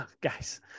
guys